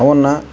ಅವುನ್ನ